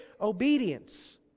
obedience